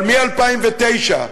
אבל מ-2009,